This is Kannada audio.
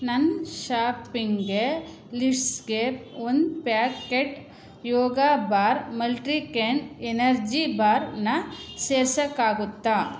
ನನ್ನ ಶಾಪಿಂಗೆ ಲಿಸ್ಟ್ಸ್ಗೆ ಒಂದು packet Yoga Bar multigrain energy ಬಾರ್ನ ಸೇರ್ಸೋಕ್ಕಾಗುತ್ತ